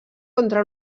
contra